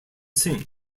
seen